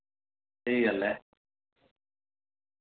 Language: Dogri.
स्हेई गल्ल ऐ